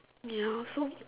ya so